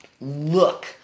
look